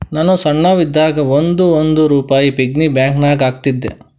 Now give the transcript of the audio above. ನಾನು ಸಣ್ಣವ್ ಇದ್ದಾಗ್ ಒಂದ್ ಒಂದ್ ರುಪಾಯಿ ಪಿಗ್ಗಿ ಬ್ಯಾಂಕನಾಗ್ ಹಾಕ್ತಿದ್ದೆ